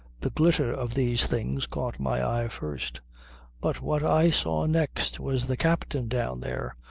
the glitter of these things caught my eye first but what i saw next was the captain down there,